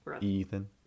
Ethan